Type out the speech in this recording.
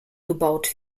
gebaut